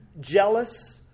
jealous